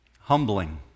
Humbling